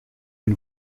une